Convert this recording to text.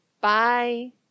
Bye